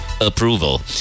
Approval